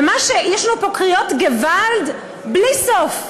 יש לנו פה קריאות "געוואלד" בלי סוף.